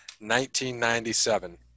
1997